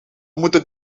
moeten